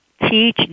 Teach